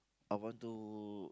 I want to